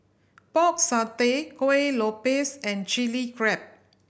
Pork Satay Kuih Lopes and Chili Crab